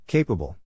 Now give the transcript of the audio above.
Capable